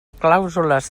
clàusules